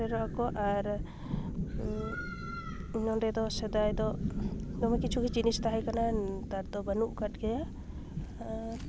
ᱥᱮᱴᱮᱨᱚᱜ ᱟᱠᱚ ᱟᱨ ᱱᱚᱰᱮ ᱫᱚ ᱥᱮᱫᱟᱭ ᱫᱚ ᱫᱚᱢᱮ ᱠᱤᱪᱷᱩ ᱜᱮ ᱡᱤᱱᱤᱥ ᱛᱟᱦᱮᱸ ᱠᱟᱱᱟ ᱱᱮᱛᱟᱨ ᱫᱚ ᱵᱟᱹᱱᱩᱜ ᱠᱟᱫ ᱜᱮᱭᱟ ᱟᱨ